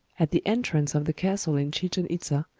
at the entrance of the castle in chichen itza,